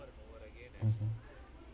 mmhmm